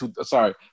sorry